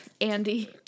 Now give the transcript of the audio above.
Andy